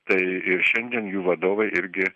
tai ir šiandien jų vadovai irgi